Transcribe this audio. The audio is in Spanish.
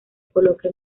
coloca